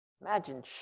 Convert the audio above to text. Imagine